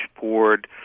board